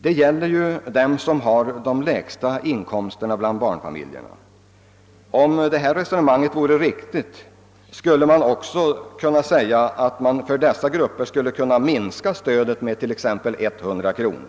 Det är här fråga om barnfamiljer som har de lägsta inkomsterna, och om resonemanget vore riktigt skulle man också kunna säga, att stödet för dessa grupper skulle kunna minskas med t.ex. 100 kronor.